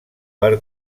per